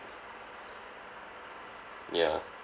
ya